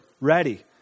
ready